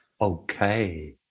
okay